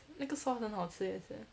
那个 sauce 很好吃也是